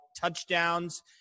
touchdowns